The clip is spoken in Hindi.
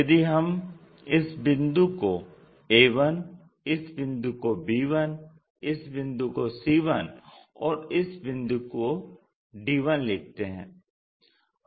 यदि हम इस बिंदु को a1 इस बिंदु को b1 इस बिंदु को c1 और इस बिंदु को d1 लिखते हैं